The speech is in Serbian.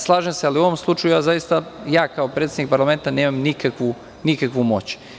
Slažem se, ali u ovom slučaju ja kao predsednik parlamenta nemam nikakvu moć.